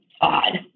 odd